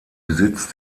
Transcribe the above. besitz